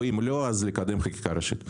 ואם לא לקדם חקיקה ראשית.